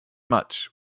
much